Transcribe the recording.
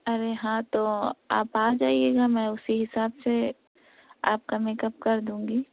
ارے ہاں تو آپ آ جائیے گا میں اسی حساب سے آپ کا میک اپ کر دوں گی